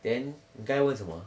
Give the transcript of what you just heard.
then 你刚才问什么啊